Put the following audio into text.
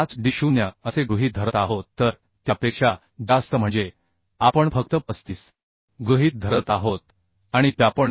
5d0 असे गृहीत धरत आहोत तर त्यापेक्षा जास्त म्हणजे आपण फक्त 35 गृहीत धरत आहोत आणि P आपण 2